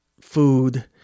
food